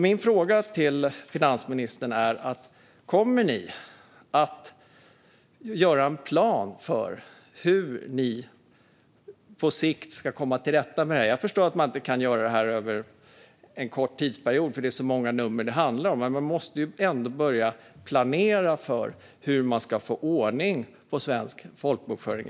Min fråga till finansministern är: Kommer ni att göra en plan för hur ni på sikt ska komma till rätta med detta? Jag förstår att man inte kan göra det här över en kort tidsperiod eftersom det handlar om så många nummer, men man måste ändå börja planera för hur man ska få ordning på svensk folkbokföring.